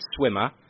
swimmer